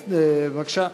בבקשה,